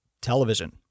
television